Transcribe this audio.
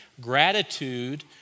Gratitude